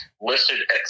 listed